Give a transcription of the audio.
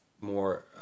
more